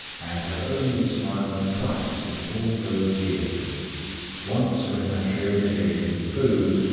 and had only smiled twice in all those years once when matryona gave him food,